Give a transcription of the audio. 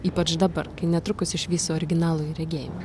ypač dabar kai netrukus išvysiu originalųjį regėjimą